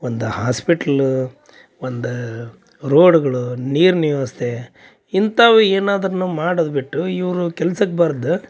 ಒಂದು ಹಾಸ್ಪೆಟ್ಲ್ ಒಂದ ರೋಡ್ಗಳು ನೀರಿನ ವ್ಯವಸ್ಥೆ ಇಂತವ ಏನಾದ್ರು ನಾವು ಮಾಡೊದು ಬಿಟ್ಟು ಇವರು ಕೆಲ್ಸಕ್ಕೆ ಬಾರದು